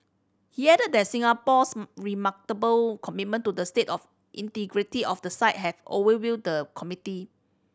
he added that Singapore's remarkable commitment to the state of integrity of the site has overwhelmed the committee